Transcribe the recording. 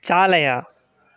चालय